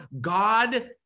God